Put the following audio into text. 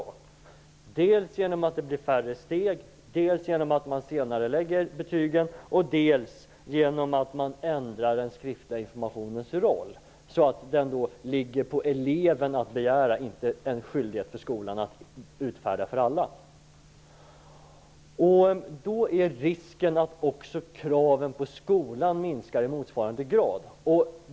Det sker dels genom att det blir färre steg, dels genom att man senarelägger betygen och dels genom att man ändrar den skriftliga informationens roll. Det ligger på eleven att begära sådan och är inte en skyldighet för skolan att utfärda för alla. Då är risken att också kraven på skolan minskar i motsvarande grad.